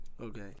Okay